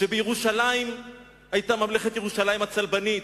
כשבירושלים היתה ממלכת ירושלים הצלבנית,